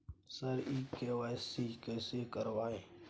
sir KYC कैसे करवाएं